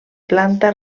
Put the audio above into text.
planta